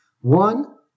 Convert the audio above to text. One